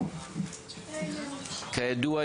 כידוע,